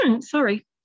sorry